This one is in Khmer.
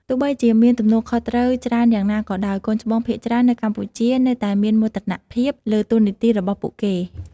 ទោះបីជាមានទំនួលខុសត្រូវច្រើនយ៉ាងណាក៏ដោយ កូនច្បងភាគច្រើននៅកម្ពុជា នៅតែមានមោទនភាពលើតួនាទីរបស់ពួកគេ។